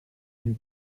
une